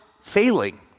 failing